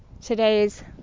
today's